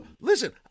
Listen